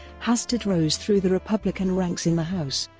hastert rose through the republican ranks in the house,